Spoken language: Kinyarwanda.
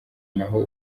naho